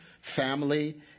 family